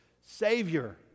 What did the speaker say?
savior